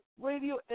Radio